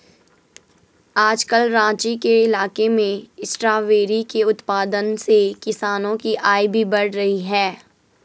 आजकल राँची के इलाके में स्ट्रॉबेरी के उत्पादन से किसानों की आय भी बढ़ रही है